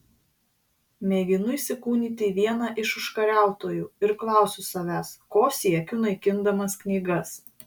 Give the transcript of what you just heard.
mėginu įsikūnyti į vieną iš užkariautojų ir klausiu savęs ko siekiu naikindamas knygas